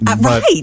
Right